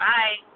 Bye